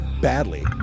badly